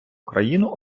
країну